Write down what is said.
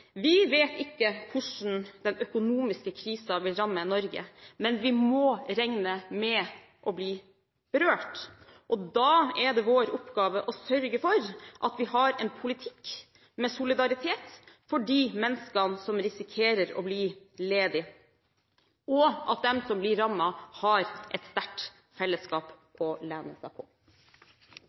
Vi vet ikke hvordan den økonomiske krisen vil ramme Norge, men vi må regne med å bli berørt. Da er det vår oppgave å sørge for at vi har en politikk med solidaritet for de menneskene som risikerer å bli ledige, og at de som blir rammet, har et sterkt fellesskap å lene seg på.